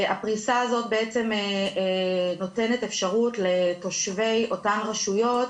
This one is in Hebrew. הפריסה הזאת נותנת אפשרות לתושבי אותן רשויות